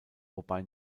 wobei